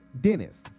Dennis